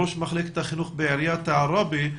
ראש מחלקת החינוך בעיריית עראבה.